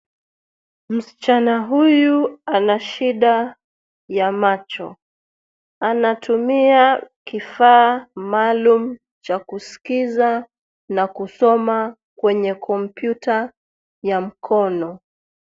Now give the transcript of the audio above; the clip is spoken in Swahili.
Msichana huyu anashida ya macho. Anatumia kifaa maalum cha kusikiza na kusoma kwenye kompyuta ya mkono.